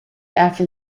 after